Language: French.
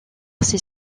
ses